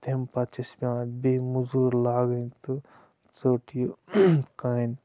تمہِ پَتہٕ چھِ اَسہِ پٮ۪وان بیٚیہِ مٔزوٗر لاگٕنۍ تہٕ ژٔٹ یہِ کانہِ